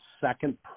second